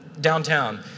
downtown